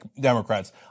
Democrats